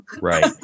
Right